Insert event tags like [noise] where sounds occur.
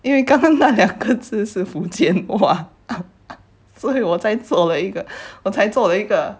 因为刚刚那两字是福建 [laughs] 所以我在做了一个才做的一个